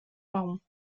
marrons